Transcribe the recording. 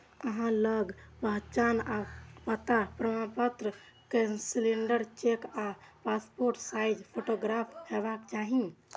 अहां लग पहचान आ पता प्रमाणपत्र, कैंसिल्ड चेक आ पासपोर्ट साइज फोटोग्राफ हेबाक चाही